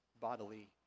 bodily